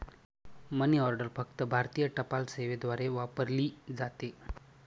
मनी order फक्त भारतीय टपाल सेवेद्वारे वापरली जाते